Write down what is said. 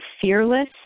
fearless